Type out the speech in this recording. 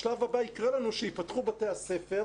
השלב הבא יקרה לנו כשייפתחו בתי הספר,